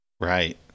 right